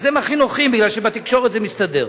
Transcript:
אז הם הכי נוחים, מפני שבתקשורת זה מסתדר.